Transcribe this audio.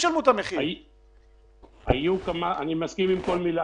אני מסכים עם כל מילה.